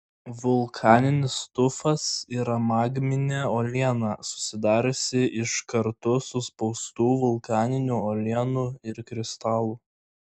vulkaninis tufas yra magminė uoliena susidariusi iš kartu suspaustų vulkaninių uolienų ir kristalų